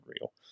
real